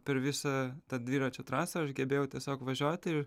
per visą tą dviračių trasą aš gebėjau tiesiog važiuoti ir